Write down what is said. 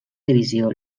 divisió